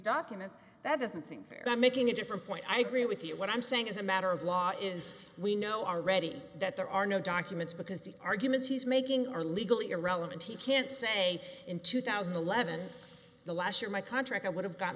documents that doesn't seem fair i'm making a different point i agree with you what i'm saying as a matter of law is we know already that there are no documents because the arguments he's making are legally irrelevant he can't say in two thousand and eleven the last year my contract i would have got